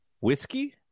whiskey